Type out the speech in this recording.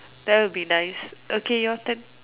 that would be nice okay your turn